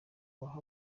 baha